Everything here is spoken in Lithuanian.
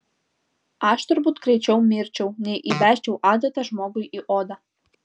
aš turbūt greičiau mirčiau nei įbesčiau adatą žmogui į odą